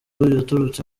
yatorotse